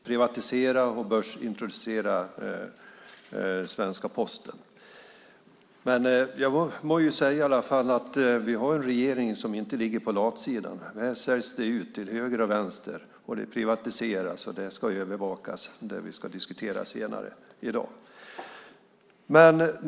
Fru talman! Mikael Oscarsson pratar om den ansvarstagande och moderna regering vi har, som nu står i begrepp att både privatisera och börsintroducera svenska Posten. Jag må i alla fall säga att vi har en regering som inte ligger på latsidan. Här säljs det ut till höger och vänster, det privatiseras och det ska övervakas - det som vi ska diskutera senare i dag.